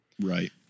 Right